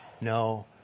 No